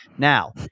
Now